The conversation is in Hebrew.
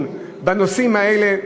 בנושאים האלה.